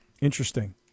Interesting